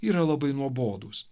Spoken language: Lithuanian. yra labai nuobodūs